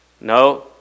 No